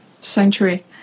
century